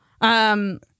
Um-